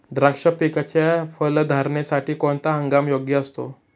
द्राक्ष पिकाच्या फलधारणेसाठी कोणता हंगाम योग्य असतो?